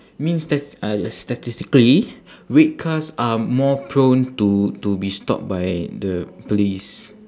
mean stas~ uh statistically red cars are more prone to to be stopped by the police